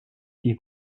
die